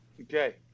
Okay